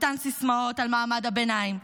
אותן סיסמאות על מעמד הביניים,